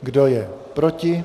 Kdo je proti?